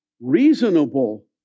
reasonable